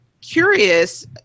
curious